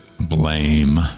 blame